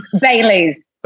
Baileys